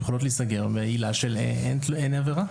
יכולות להיסגר בעילה של אין עבירה.